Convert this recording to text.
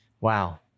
Wow